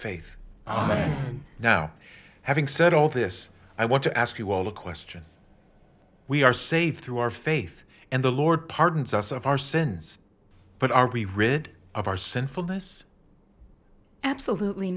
faith now having said all this i want to ask you all a question we are saved through our faith and the lord pardons us of our sins but are we rid of our sinfulness absolutely